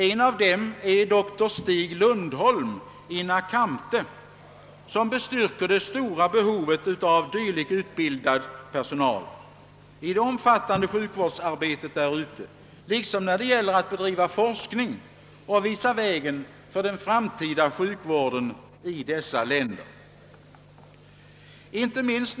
En av dem är doktor Stig Lundholm i Nakamte, som bestyrker det stora behovet av dylik personal i det omfat tande sjukvårdsarbetet där ute liksom när det gäller att bedriva forskning och att visa vägen för den framtida sjukvården i dessa länder.